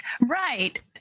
Right